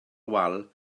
wal